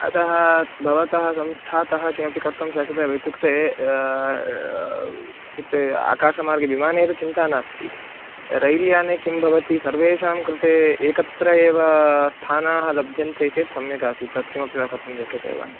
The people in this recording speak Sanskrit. अतः भवतः संस्थातः किमपि कर्तुं शक्यते वा इत्युक्ते इत्युक्ते आकाशमार्गे विमानेव चिन्ता नास्ति रैल्याने किं भवति सर्वेषां कृते एकत्र एव स्थानाः लभ्यन्ते चेत् सम्यकासीत् तत् किमपि वा कर्तुं शक्यते वा